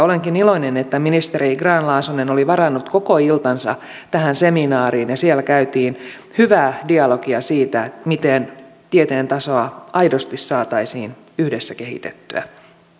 olenkin iloinen että ministeri grahn laasonen oli varannut koko iltansa tähän seminaariin ja siellä käytiin hyvää dialogia siitä miten tieteen tasoa aidosti saataisiin yhdessä kehitettyä